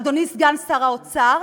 אדוני סגן שר האוצר,